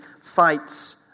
fights